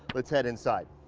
let's head inside.